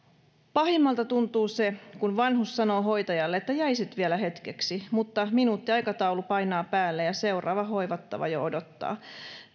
pahimmalta tuntuu se kun vanhus sanoo hoitajalle että jäisit vielä hetkeksi mutta minuuttiaikataulu painaa päälle ja seuraava hoivattava jo odottaa